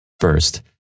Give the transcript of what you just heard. First